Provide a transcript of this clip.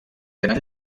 tenen